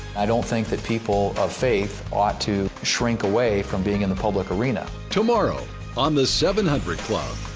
i don't think that people of faith ought to shrink away from being in the public arena. tomorrow on the seven hundred club.